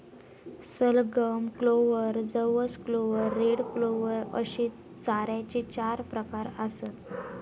सलगम, क्लोव्हर, जवस clover, red clover अश्ये चाऱ्याचे चार प्रकार आसत